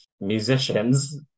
musicians